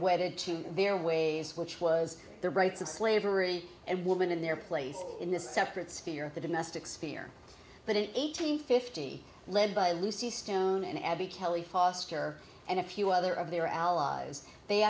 wedded to their ways which was the rights of slavery and women in their place in this separate sphere the domestic sphere but an eight hundred fifty led by lucy stone and abby kelly foster and a few other of their allies they